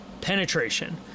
penetration